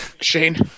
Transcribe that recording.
Shane